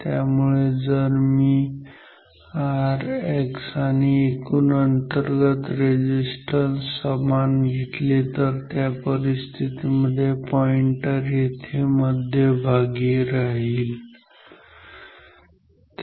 त्यामुळे जर मी Rx आणि एकुण अंतर्गत रेझिस्टन्स समान घेतले तर त्या परिस्थितीमध्ये पॉईंटर येथे मध्यभागी राहील ठीक आहे